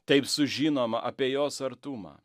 taip sužinoma apie jos artumą